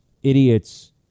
Idiots